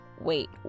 Wait